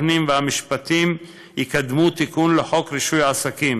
הפנים והמשפטים יקדמו תיקון לחוק רישוי עסקים